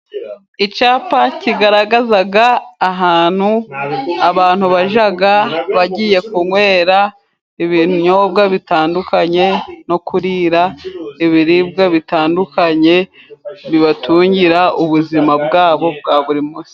Icyapa kigaragaza ahantu abantu bajya, bagiye kunywera ibinyobwa bitandukanye no kurira ibiribwa bitandukanye, bibatungira ubuzima bwabo bwa buri munsi.